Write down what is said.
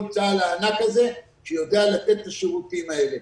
צה"ל הענק הזה שיודע לתת את השירותים האלה.